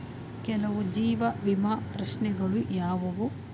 ಕೆಲವು ಜೀವ ವಿಮಾ ಪ್ರಶ್ನೆಗಳು ಯಾವುವು?